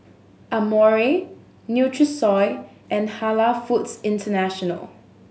Amore Nutrisoy and Halal Foods International